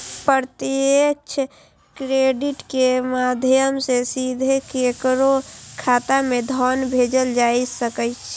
प्रत्यक्ष क्रेडिट के माध्यम सं सीधे केकरो खाता मे धन भेजल जा सकैए